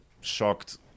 shocked